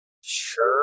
Sure